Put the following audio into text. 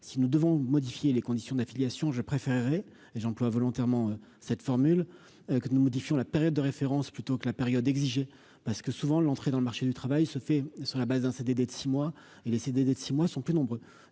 si nous devons modifier les conditions d'affiliation, je préférerais et j'emploie volontairement cette formule que nous modifions la période de référence plutôt que la période parce que souvent l'entrée dans le marché du travail se fait sur la base d'un CDD de 6 mois et les CDD de six mois sont plus nombreux